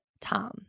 Tom